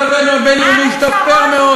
מצבנו הביטחוני השתפר מאוד.